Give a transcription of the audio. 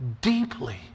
deeply